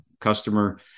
customer